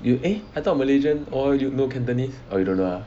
you eh I thought malaysian all you know cantonese or you don't know ah